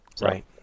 Right